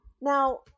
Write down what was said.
Now